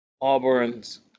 Auburn's